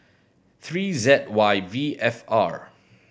three Z Y V F R